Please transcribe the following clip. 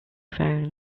phone